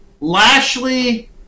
Lashley